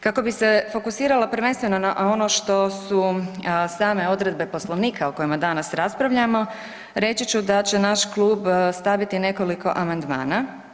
Kako bi se fokusirala prvenstveno na ono što su same odredbe Poslovnika o kojima danas raspravljamo, reći ću da će naš klub staviti nekoliko amandmana.